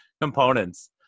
components